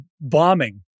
bombing